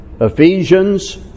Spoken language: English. Ephesians